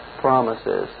promises